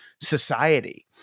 society